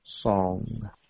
song